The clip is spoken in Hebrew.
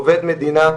עובד מדינה,